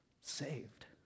saved